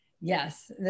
Yes